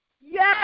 Yes